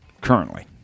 currently